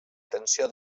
tensió